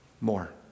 More